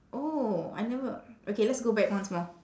oh I never okay let's go back once more